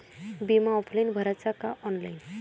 बिमा ऑफलाईन भराचा का ऑनलाईन?